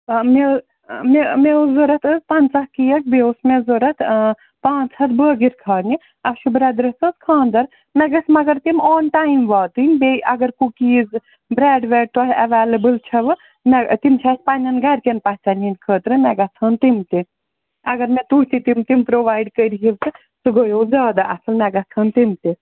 آ مےٚ مےٚ اوس ضوٚرَتھ حظ پَنٛژاہ کیک بیٚیہِ اوس مےٚ ضوٚرَتھ پانٛژھ ہَتھ بٲکِر خانہِ اَسہِ چھُ بردرَس حظ خانٛدَر مےٚ گژھِ مگر تِم آن ٹایَم واتٕنۍ بیٚیہِ اَگر کُکیٖز بریٚڈ ویٚڈ تۄہہِ اٮ۪وَلیبُل چھوٕ نہ تِم چھِ پَنٛنیٚن گَرِکیٚن پَژھیٚن ۂنٛد خٲطرٕ مےٚ گژھٕ ہَن تِم تہِ اَگر مےٚ تُہۍ تہِ تِم تِم پروایِڈ کٔرِہُو تہِ سُہ گٔیو زیادٕ اَصٕل مےٚ گژھٕ ہَن تِم تہِ